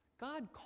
God